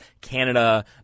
Canada